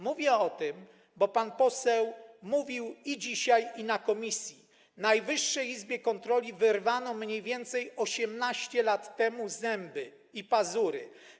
Mówię o tym, bo pan poseł mówił i dzisiaj, i na posiedzeniu komisji: Najwyższej Izbie Kontroli wyrwano mniej więcej 18 lat temu zęby i pazury.